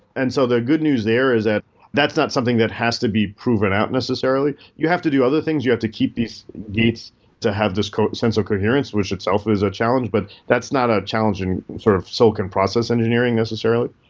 and so the good news there is ah that's not something that has to be proven out necessarily. you have to do other things. you have these gates to have this sense of coherence which itself is a challenge, but that's not a challenge in sort of silicon process engineering necessarily.